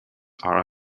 are